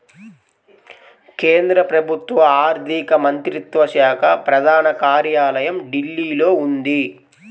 కేంద్ర ప్రభుత్వ ఆర్ధిక మంత్రిత్వ శాఖ ప్రధాన కార్యాలయం ఢిల్లీలో ఉంది